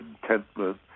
contentment